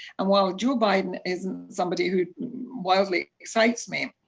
and while joe biden isn't somebody who wildly excites me,